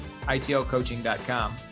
itlcoaching.com